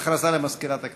הודעה למזכירת הכנסת.